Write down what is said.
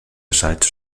assaigs